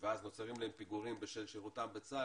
ואז נוצרים להם פיגורים בשל שירותם בצה"ל,